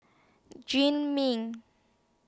Jim Mean